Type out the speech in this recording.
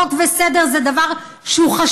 שחוק וסדר זה דבר חשוב,